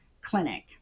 clinic